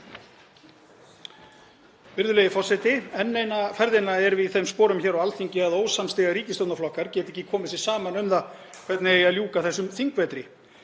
Virðulegi forseti. Enn eina ferðina erum við í þeim sporum hér á Alþingi að ósamstiga ríkisstjórnarflokkar geta ekki komið sér saman um það hvernig eigi að ljúka þessum þingvetri.